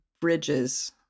Bridges